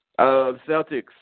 Celtics